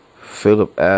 Philip